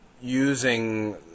Using